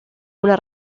una